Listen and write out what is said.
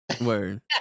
Word